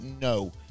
No